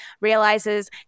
realizes –